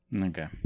Okay